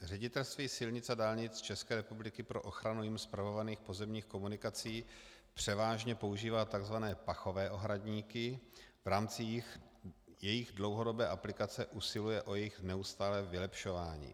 Ředitelství silnic a dálnic České republiky pro ochranu jím spravovaných pozemních komunikací převážně používá tzv. pachové ohradníky, v rámci jejich dlouhodobé aplikace usiluje o jejich neustálé vylepšování.